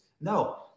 No